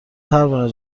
پروانه